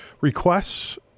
requests